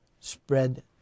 spread